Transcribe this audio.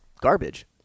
garbage